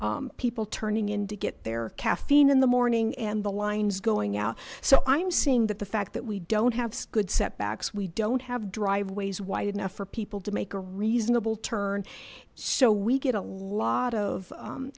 people turning in to get their caffeine in the morning and the lines going out so i'm seeing that the fact that we don't have good setbacks we don't have driveways wide enough for people to make a reasonable turn so we get a lot of